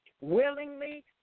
willingly